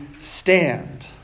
stand